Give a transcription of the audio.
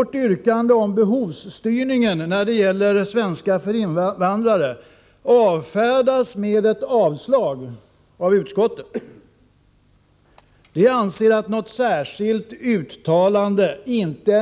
Vårt yrkande om behovsstyrning när det gäller svenska för invandrare avfärdas av utskottet, som anser att något särskilt uttalande inte